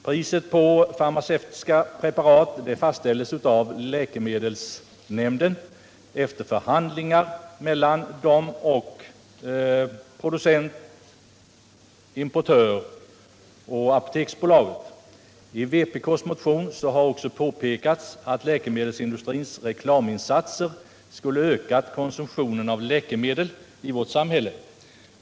Priset på farmaceutiska preparat fastställs av läkemedelsnämnden efter förhandlingar mellan producent, importör och Apoteksbolaget. I vpk:s motion har det också påpekats att läkemedelsindustrins reklaminsatser skulle ha ökat konsumtionen av läkemedel i vårt samhälle.